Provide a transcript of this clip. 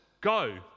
go